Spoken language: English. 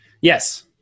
Yes